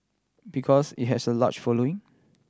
because it has a large following